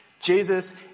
Jesus